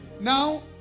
Now